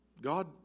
God